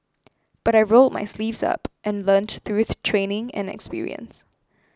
but I rolled my sleeves up and learnt through training and experience